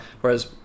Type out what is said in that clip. Whereas